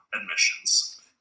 admissions